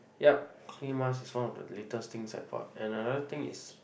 yup clay mask is one of the latest thing I bought and another thing is